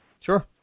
Sure